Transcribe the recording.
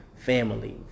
Family